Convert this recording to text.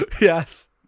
Yes